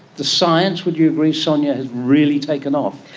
the science, would you agree sonia, has really taken off?